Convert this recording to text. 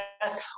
yes